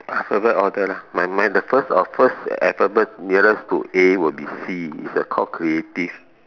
alphabet order lah mine mine the first of first alphabet nearest to A will be C it's called creative